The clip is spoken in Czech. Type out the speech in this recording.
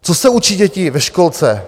Co se učí děti ve školce?